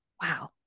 wow